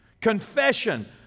Confession